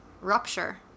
rupture